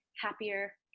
happier